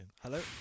hello